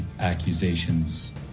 accusations